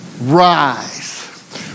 rise